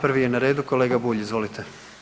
Prvi je na redu kolega Bulj, izvolite.